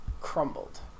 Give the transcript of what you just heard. crumbled